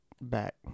back